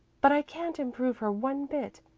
but i can't improve her one bit,